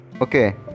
okay